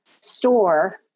store